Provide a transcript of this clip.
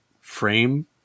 frame